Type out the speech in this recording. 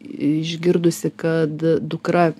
išgirdusi kad dukra